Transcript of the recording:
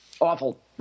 awful